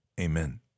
Amen